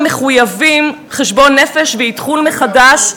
להימצא, והתלמידים צריכים לחזור אל בתי-הספר.